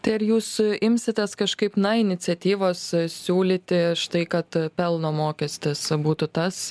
tai ar jūs imsitės kažkaip na iniciatyvos siūlyti štai kad pelno mokestis būtų tas